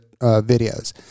videos